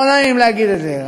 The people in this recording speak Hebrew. לא נעים להגיד את זה,